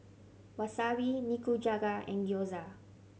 Wasabi Nikujaga and Gyoza